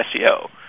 SEO